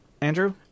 Andrew